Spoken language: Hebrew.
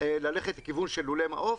ללכת לכיוון של לולי מעוף.